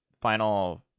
final